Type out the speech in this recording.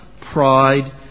pride